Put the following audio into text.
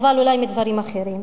אבל אולי מדברים אחרים.